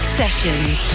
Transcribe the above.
sessions